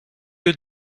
you